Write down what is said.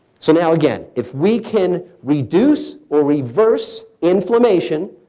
so now, again, if we can reduce or reverse inflammation,